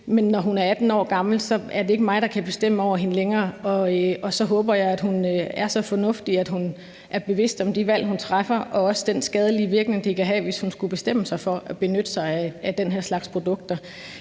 Men når hun er 18 år gammel, er det ikke mig, der kan bestemme over hende længere, og så håber jeg, at hun er så fornuftig, at hun er bevidst om de valg, hun træffer, og også om den skadelige virkning, det kan have, hvis hun skulle bestemme sig for at benytte sig af den her slags produkter.